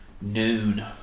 noon